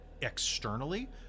externally